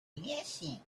blessing